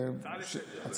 הצעה לסדר-היום.